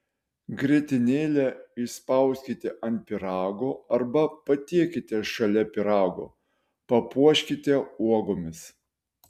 grietinėlę išspauskite ant pyrago arba patiekite šalia pyrago papuoškite uogomis